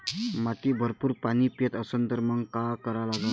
माती भरपूर पाणी पेत असन तर मंग काय करा लागन?